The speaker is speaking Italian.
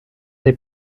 dei